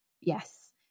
Yes